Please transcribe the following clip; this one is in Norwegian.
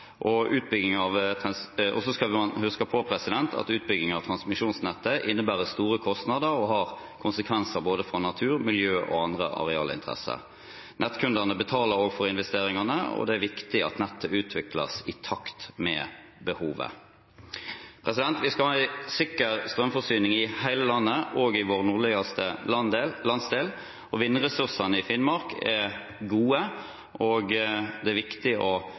skal huske at utbygging av transmisjonsnettet innebærer store kostnader og har konsekvenser for både natur, miljø og andre arealinteresser. Nettkundene betaler også for investeringene, og det er viktig at nettet utvikles i takt med behovet. Vi skal ha en sikker strømforsyning i hele landet, også i vår nordligste landsdel, og vindressursene i Finnmark er gode. Det er viktig å